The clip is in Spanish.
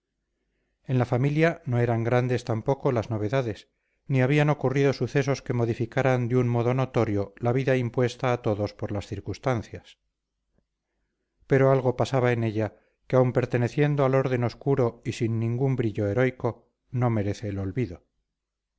en la familia no eran grandes tampoco las novedades ni habían ocurrido sucesos que modificaran de un modo notorio la vida impuesta a todos por las circunstancias pero algo pasaba en ella que aun perteneciendo al orden obscuro y sin ningún brillo heroico no merece el olvido